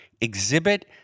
exhibit